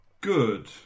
Good